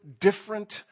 different